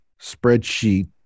spreadsheet